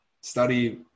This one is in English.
study